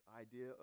idea